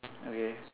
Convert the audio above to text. okay